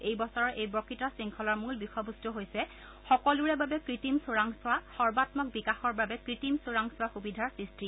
এই বছৰৰ এই বক্তৃতা শৃংখলাৰ মূল বিষয়বস্ত হৈছে সকলোৰে বাবে কৃত্ৰিম চোৰাংচোৱা সৰ্বাম্মক বিকাশৰ বাবে কৃত্ৰিম চোৰাংচোৱা সুবিধাৰ সৃষ্টি